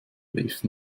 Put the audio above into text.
rief